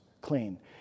clean